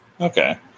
okay